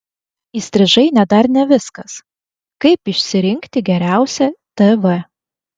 įstrižainė dar ne viskas kaip išsirinkti geriausią tv